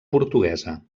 portuguesa